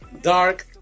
dark